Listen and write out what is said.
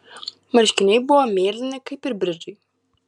marškiniai buvo mėlyni kaip ir bridžai